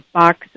box